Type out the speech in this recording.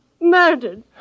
Murdered